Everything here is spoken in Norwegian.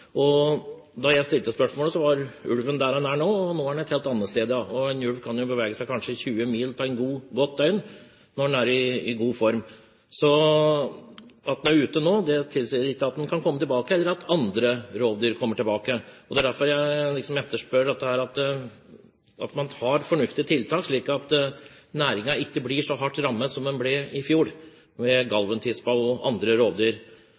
jeg stilte spørsmålet, var ulven der den var da, og nå er den helt annet sted. En ulv kan jo bevege seg kanskje 20 mil på et godt døgn når den er i god form. At den er ute nå, tilsier ikke at den kan komme tilbake, eller at andre rovdyr kommer tilbake. Det er derfor jeg etterspør dette – at man tar fornuftige tiltak slik at næringen ikke blir så hardt rammet som den ble i fjor, med Galven-tispa og andre rovdyr.